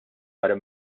barra